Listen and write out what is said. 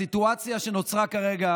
הסיטואציה שנוצרה כרגע